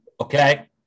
okay